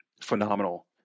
Phenomenal